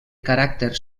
caràcter